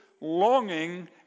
longing